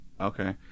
Okay